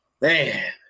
man